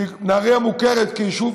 כי נהריה מוכרת כיישוב